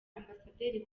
ambasaderi